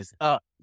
up